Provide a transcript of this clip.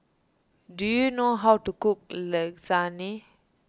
do you know how to cook Lasagna